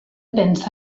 pense